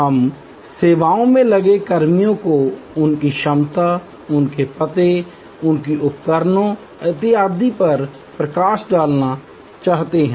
हम सेवाओं में लगे कर्मियों को उनकी क्षमता उनके पते उनके उपकरणों इत्यादि पर प्रकाश डालना चाहते हैं